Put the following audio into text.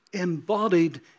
embodied